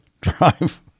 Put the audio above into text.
drive